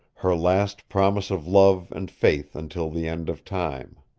her last promise of love and faith until the end of time.